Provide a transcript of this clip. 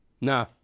No